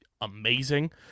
amazing